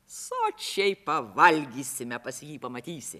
sočiai pavalgysime pas jį pamatysi